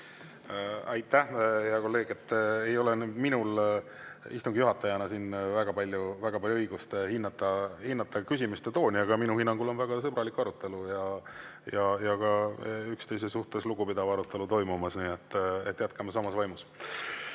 Aitäh, hea kolleeg! Ei ole nüüd minul istungi juhatajana siin väga palju õigust hinnata küsimiste tooni, aga minu hinnangul toimub praegu väga sõbralik arutelu ja ka üksteise suhtes lugupidav arutelu. Nii et jätkame samas